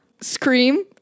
Scream